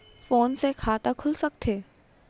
Phone से खाता खुल सकथे?